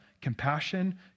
compassion